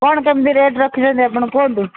କ'ଣ କେମତି ରେଟ୍ ରଖିଛନ୍ତି ଆପଣ କୁହନ୍ତୁ